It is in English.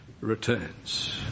returns